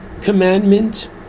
commandment